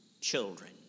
children